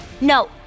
No